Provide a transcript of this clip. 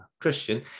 christian